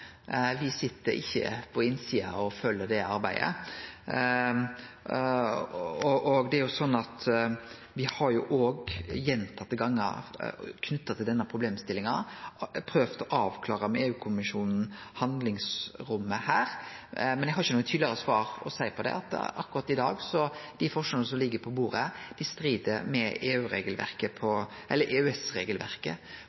sit ikkje på innsida og følgjer arbeidet. Me har òg gjentatte gonger knytt til denne problemstillinga prøvt å avklare med EU-kommisjonen handlingsrommet her. Eg har ikkje noko tydelegare svar på det akkurat i dag. Dei forslaga som ligg på bordet, strid med